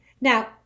Now